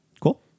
Cool